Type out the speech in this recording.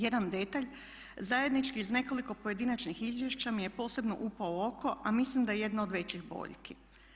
Jedan detalj, zajednički iz nekoliko pojedinačnih izvješća mi je posebno upao u oko a mislim da je jedna od većih boljki.